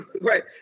Right